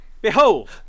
Behold